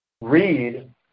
read